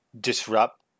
disrupt